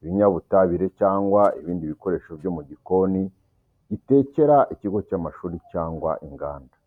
ibinyabutabire, cyangwa ibindi bikoresho byo mu gikoni gitekera ikigo cy'amashuri cyangwa inganda.